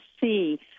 see